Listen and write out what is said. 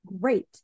great